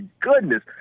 goodness